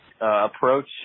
approach